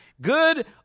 Good